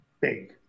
big